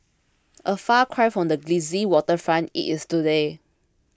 a far cry from the glitzy waterfront it is today